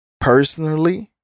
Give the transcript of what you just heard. personally